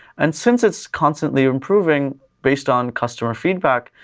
and since it's constantly improving based on customer feedback,